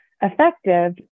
effective